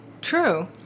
True